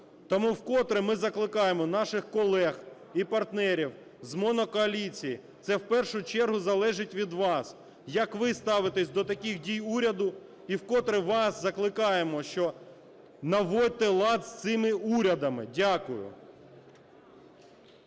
Тому вкотре ми закликаємо наших колег і партнерів з монокоаліції, це в першу чергу залежить від вас, як ви ставитесь до таких дій уряду, і вкотре вас закликаємо, що наводьте лад з цими урядами. Дякую.